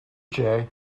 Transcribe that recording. jay